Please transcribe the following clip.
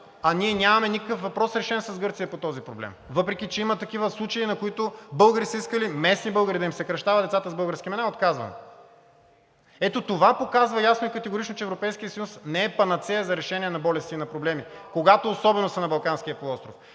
г., а нямаме никакъв въпрос, решен с Гърция по този проблем, въпреки че има такива случаи, на които българи са искали – местни българи, да им се кръщават децата с български имена и им е отказано. Ето това показва ясно и категорично, че Европейският съюз не е панацея за решение на болести и на проблеми, особено когато са на Балканския полуостров.